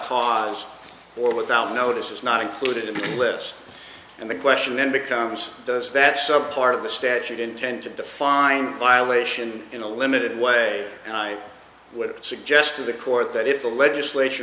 cause or without notice is not included in the list and the question then becomes does that sub part of the statute intend to define violation in a limited way and i would suggest to the court that if the legislature